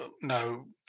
no